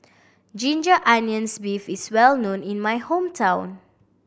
ginger onions beef is well known in my hometown